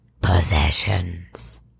Possessions